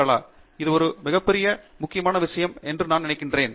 டங்கிராலா இது ஒரு மிக முக்கியமான விசயம் என்று நான் நினைக்கிறேன்